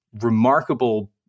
remarkable